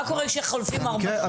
מה קורה כשחולפות ארבע שנים?